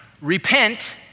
Repent